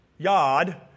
Yad